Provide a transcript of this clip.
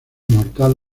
mortal